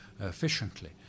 efficiently